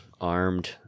armed